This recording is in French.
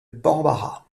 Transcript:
bambara